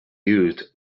used